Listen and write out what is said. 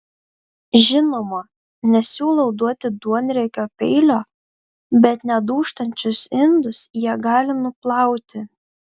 žinoma nesiūlau duoti duonriekio peilio bet nedūžtančius indus jie gali nuplauti